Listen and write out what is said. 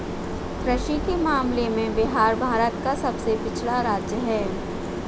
कृषि के मामले में बिहार भारत का सबसे पिछड़ा राज्य है